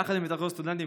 יחד עם התאחדות הסטודנטים,